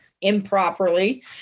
improperly